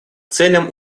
целям